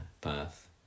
path